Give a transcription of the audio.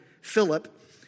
Philip